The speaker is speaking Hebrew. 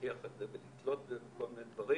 ולהשכיח את זה ולתלות את זה בכל מיני דברים.